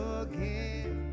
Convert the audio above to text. again